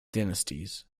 dynasties